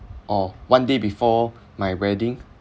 or one day before my wedding